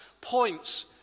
points